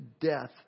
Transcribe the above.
death